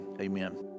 amen